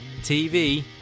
TV